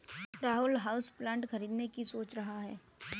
Rahul houseplant खरीदने की सोच रहा है